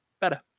better